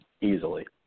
Easily